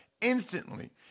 instantly